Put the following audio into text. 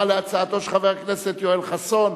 תוספת מענק לפדויי שבי קשישים),